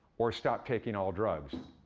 or stop taking all drugs?